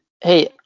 Hey